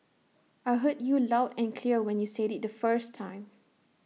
I heard you loud and clear when you said IT the first time